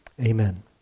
Amen